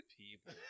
people